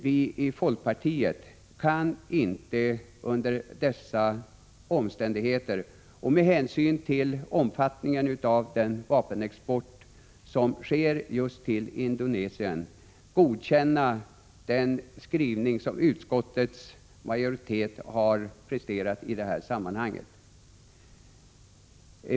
Vi i folkpartiet kan inte under dessa omständigheter och med hänsyn till omfattningen av den vapenexport som sker just till Indonesien godkänna den skrivning som utskottsmajoriteten har presterat i den här frågan.